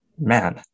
man